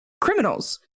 criminals